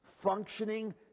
functioning